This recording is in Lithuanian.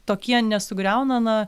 tokie nesugriauna na